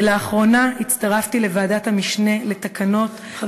לאחרונה הצטרפתי לוועדת המשנה לתקנות,